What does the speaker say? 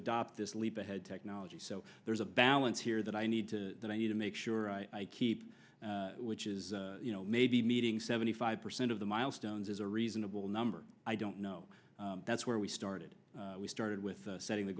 adopt this leap ahead technology so there's a balance here that i need to that i need to make sure i keep which is you know maybe meeting seventy five percent of the milestones is a reasonable number i don't know that's where we started we started with setting the